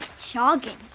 jogging